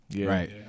Right